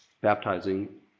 baptizing